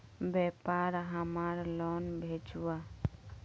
व्यापार हमार लोन भेजुआ?